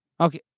Okay